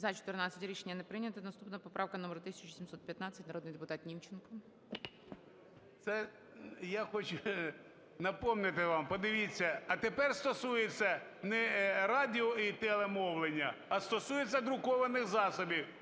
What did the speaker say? За-14 Рішення не прийнято. Наступна поправка номер 1715. Народний депутат Німченко. 11:29:05 НІМЧЕНКО В.І. Це я хочу напомнити вам, подивіться, а тепер стосується не радіо і телемовлення, а стосується друкованих засобів.